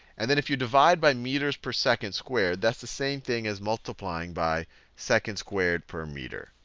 and then if you divide by meters per second squared, that's the same thing as multiplying by seconds squared per meter.